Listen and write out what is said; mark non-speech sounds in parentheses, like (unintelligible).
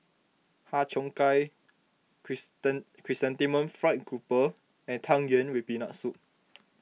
Har Cheong Gai (unintelligible) Chrysanthemum Fried Grouper and Tang Yuen with Peanut Soup